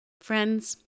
Friends